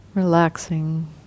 Relaxing